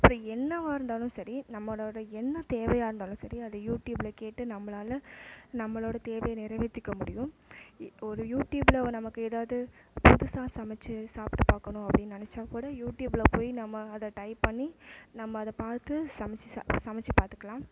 அப்புறம் என்னவாக இருந்தாலும் சரி நம்மளோட என்ன தேவையாக இருந்தாலும் சரி அதை யூடியூப்பில் கேட்டு நம்மளால் நம்மளோட தேவை நிறைவேற்றிக்க முடியும் ஒரு யூடியூப்பில் ஓ நமக்கு ஏதாவது புதுசாக சமைச்சி சாப்பிட்டு பார்க்கணும் அப்படின் நினைச்சாக்கூட யூடியூப்பில் போய் நம்ம அதை டைப் பண்ணி நம்ம அதை பார்த்து சமைச்சி சா சமைச்சு பார்த்துக்கலாம்